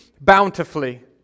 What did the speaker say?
bountifully